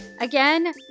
Again